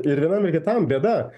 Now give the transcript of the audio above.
ir vienam ir kitam bėda